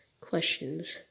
questions